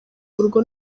urwo